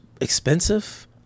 expensive